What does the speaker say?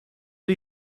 wie